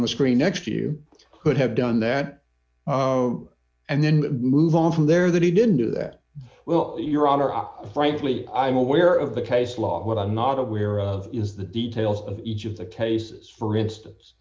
on the screen next to you could have done that and then move on from there that he didn't do that well your honor i frankly i'm aware of the case law what i'm not aware of is the details of each of the cases for instance